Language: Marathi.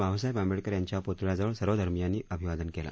बाबासाहेब आंबेडकर यांच्या पुतळ्याजवळ सर्वधर्मियांनी अभिवादन केलं